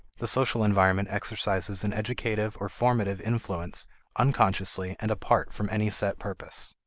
the social environment exercises an educative or formative influence unconsciously and apart from any set purpose.